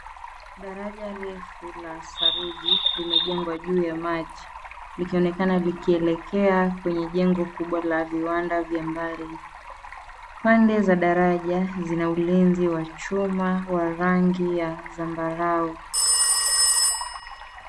Daraja refu la saruji limejengwa juu ya maji likionekana likielekea kwenye jengo kubwa la viwanda vya mbali. Pande za daraja zina ulinzi wa chuma wa rangi ya zambarau.